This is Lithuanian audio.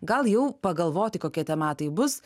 gal jau pagalvoti kokie tie metai bus